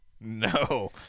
No